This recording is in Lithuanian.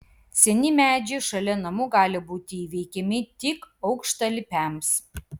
seni medžiai šalia namų gali būti įveikiami tik aukštalipiams